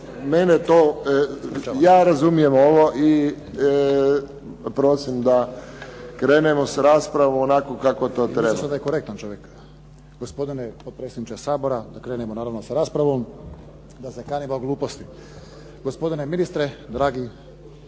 Ja razumijem ovo i molim da krenemo s raspravom onako kako to treba. **Kotromanović, Ante (SDP)** Gospodine potpredsjedniče Sabora. Da krenemo naravno sa raspravom, da se kanimo gluposti. Gospodine ministre, dragi